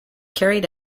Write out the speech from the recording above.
carried